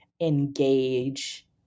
engage